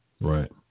Right